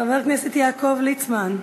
חבר הכנסת יעקב ליצמן.